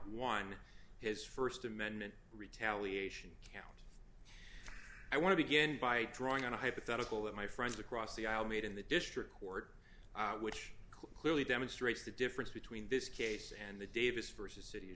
one his st amendment retaliation can i want to begin by drawing on a hypothetical that my friends across the aisle made in the district court which clearly demonstrates the difference between this case and the davis vs city